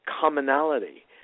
commonality